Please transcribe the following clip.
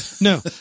No